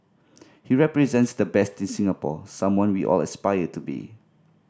he represents the best in Singapore someone we all aspire to be